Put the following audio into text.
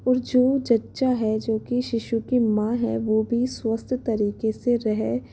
और जो जच्चा है जो की शिशु की माँ है वह भी स्वस्थ तरीके से रहे